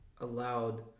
allowed